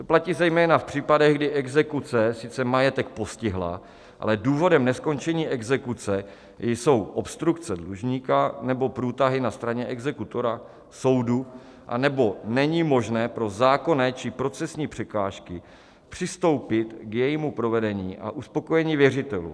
To platí zejména v případech, kdy exekuce sice majetek postihla, ale důvodem neskončení exekuce jsou obstrukce dlužníka nebo průtahy na straně exekutora, soudu anebo není možné pro zákonné či procesní překážky přistoupit k jejímu provedení a uspokojení věřitelů.